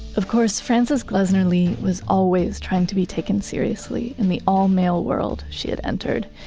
of course, frances glessner lee was always trying to be taken seriously in the all-male world she had entered.